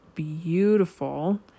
beautiful